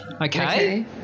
Okay